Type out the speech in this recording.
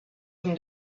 from